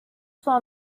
saw